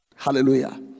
Hallelujah